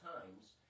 times